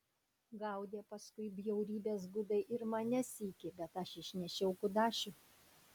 gaudė paskui bjaurybės gudai ir mane sykį bet aš išnešiau kudašių